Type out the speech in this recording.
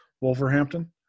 wolverhampton